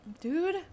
Dude